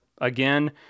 Again